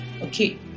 okay